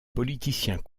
politiciens